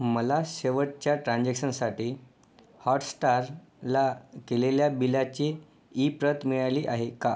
मला शेवटच्या ट्रान्झॅक्शनसाठी हॉटस्टारला केलेल्या बिलाची ई प्रत मिळाली आहे का